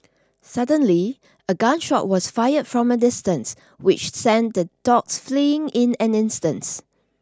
suddenly a gun shot was fired from a distance which sent the dogs fleeing in an instance